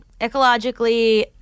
ecologically